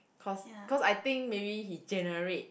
cause cause I think maybe he generate